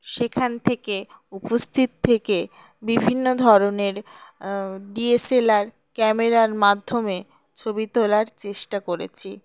সেখান থেকে উপস্থিত থেকে বিভিন্ন ধরনের ডি এস এল আর ক্যামেরার মাধ্যমে ছবি তোলার চেষ্টা করেছি